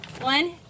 One